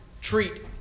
treat